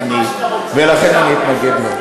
ולכן אני אתנגד לו.